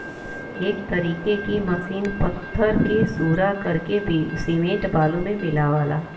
एक तरीके की मसीन पत्थर के सूरा करके सिमेंट बालू मे मिलावला